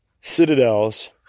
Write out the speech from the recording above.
citadels